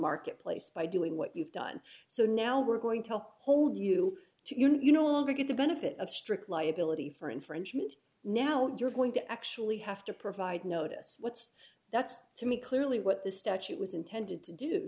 marketplace by doing what you've done so now we're going to help hold you to you know will get the benefit of strict liability for infringement now you're going to actually have to provide notice what's that's to me clearly what the statute was intended to do